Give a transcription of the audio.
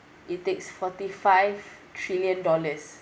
it takes forty five trillion dollars